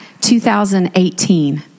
2018